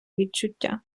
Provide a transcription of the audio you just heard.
відчуття